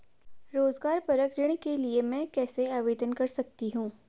रोज़गार परक ऋण के लिए मैं कैसे आवेदन कर सकतीं हूँ?